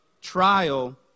trial